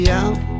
out